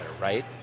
right